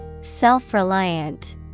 Self-reliant